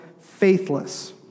faithless